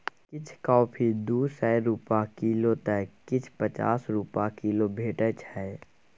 किछ कॉफी दु सय रुपा किलौ तए किछ पचास रुपा किलो भेटै छै